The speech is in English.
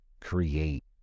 create